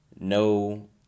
No